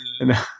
No